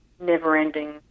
never-ending